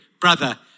brother